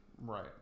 Right